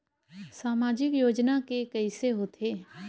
सामाजिक योजना के कइसे होथे?